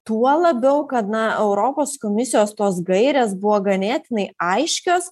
tuo labiau kad na europos komisijos tos gairės buvo ganėtinai aiškios